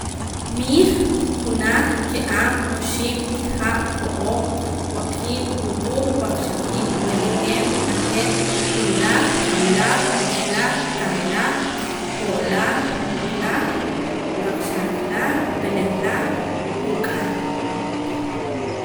Miij junaj kiab' oxib' kiajab' jo'oob' waqiib' wuquub' waqxaqiib' b'elejeeb' lajeeb' junlaj kab'laj oxlaj kajlaj jo'laj wuqlaj waqxaqlaj b'elejlaj junk'ahl